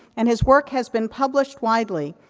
and his work has been publishing widely.